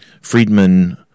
Friedman